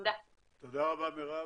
תודה רבה, מרב.